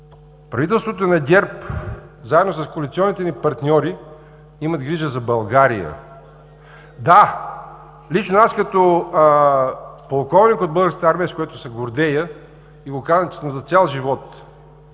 Правителството на ГЕРБ заедно с коалиционните ни партньори имат грижа за България. Да, лично аз като полковник от Българската армия, с което се гордея, и го казвам, че съм за цял живот